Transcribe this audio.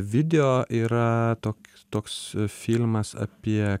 video yra tok toks filmas apie